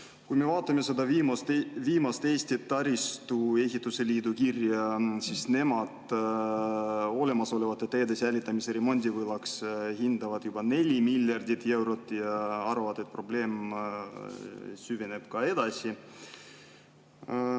Kui me vaatame seda viimast Eesti Taristuehituse Liidu kirja, siis nemad olemasolevate teede [taseme] säilitamisel hindavad remondivõlaks juba 4 miljardit eurot ja arvavad, et probleem süveneb ka edasi.